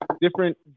different